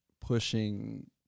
pushing